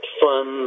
fun